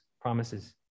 promises